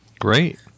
Great